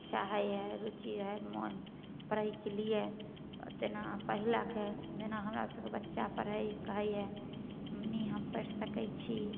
चाहय हइ रूचि हइ मोन पढ़यके लिए तेना पहिलाके जेना हमरा सबके बच्चा पढ़य ई कहइए मम्मी हम पढि सकय छी